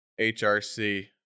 HRC